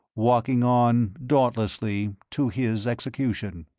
walking on, dauntlessly, to his execution.